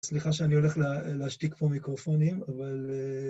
סליחה שאני הולך להשתיק פה מיקרופונים, אבל...